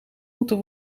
moeten